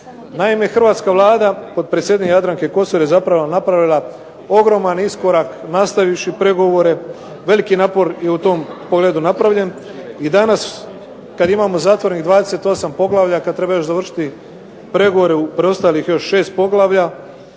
Naime, Hrvatska vlada je pod predsjedanjem Jadranke KOsor napravila ogroman iskorak nastavivši pregovore, veliki napor je u tom pogledu napravljen i danas kada imamo zatvorenih 28 poglavlja, kada treba još dovršiti pregovore u preostalih 6 poglavlja,